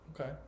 Okay